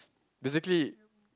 basically